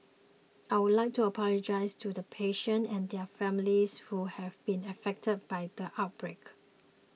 I would like to apologise to the patients and their families who have been affected by the outbreak